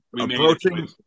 approaching